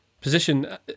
position